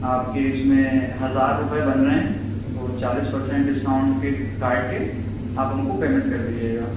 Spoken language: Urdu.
آپ کے اِس میں ہزار روپے بن رہے ہیں تو چالیس پرسینٹ ڈسکاؤنٹ کے کاٹ کے آپ ہم کو پیمینٹ کر دیجیے گا